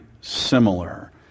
similar